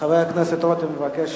ועדת הכנסת נתקבלה.